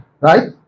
right